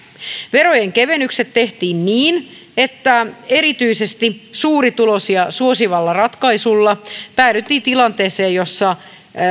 verojen kevennykset tehtiin niin että erityisesti suurituloisia suosivalla ratkaisulla päädyttiin tilanteeseen jossa